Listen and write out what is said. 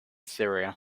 syria